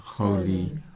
holy